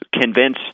convince